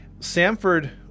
Samford